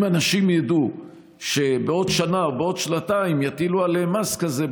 אם אנשים ידעו שבעוד שנה או שנתיים יטילו עליהם מס כזה,